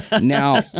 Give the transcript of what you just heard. Now